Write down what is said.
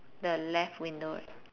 the left window right